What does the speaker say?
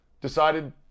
decided